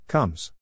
Comes